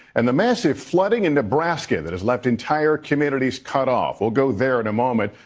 and the massive flooding in nebraska that has left entire communities cut off. we'll go there in a moment.